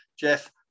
Jeff